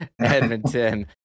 Edmonton